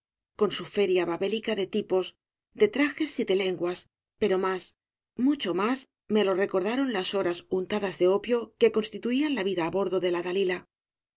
con su feria babélica de tipos de trajes y de lenguas pero más mucho más me lo recordaron las horas untadas de opio que constituían la vida á bordo de cla